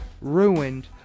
ruined